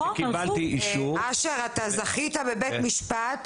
אני זכיתי בבית משפט